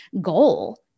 goal